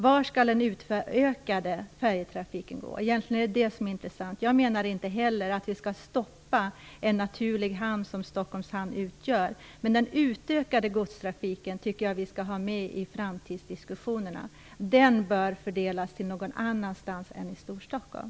Var skall den utökade färjetrafiken gå? Egentligen är det detta som är intressant. Jag menar inte heller att vi skall stoppa en naturlig hamn som Stockholm utgör. Men jag tycker att vi skall ha med den utökade godstrafiken i framtidsdiskussionerna. Den bör fördelas så att den hamnar någon annanstans än i Storstockholm.